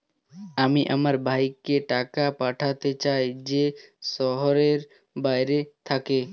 আমি আমার ভাইকে টাকা পাঠাতে চাই যে শহরের বাইরে থাকে